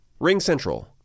RingCentral